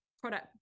product